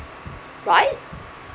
right